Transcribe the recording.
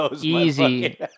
Easy